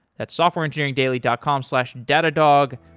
that's softwareengineeringdaily dot com slash datadog.